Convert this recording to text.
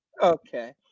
Okay